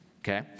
okay